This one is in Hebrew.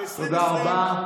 תודה רבה.